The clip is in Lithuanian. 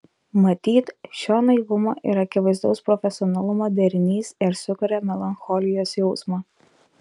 matyt šio naivumo ir akivaizdaus profesionalumo derinys ir sukuria melancholijos jausmą